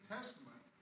Testament